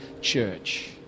church